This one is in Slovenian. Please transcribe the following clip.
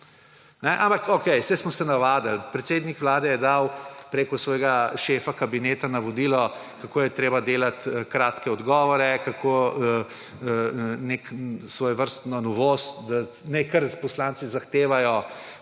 Ampak okej, saj smo se navadili. Predsednik vlade je dal preko svojega šefa kabineta navodilo, kako je treba delati kratke odgovore, kako nek svojevrstno novost, da naj kar poslanci zahtevajo